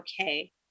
okay